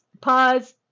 pause